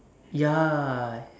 ya